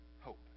hope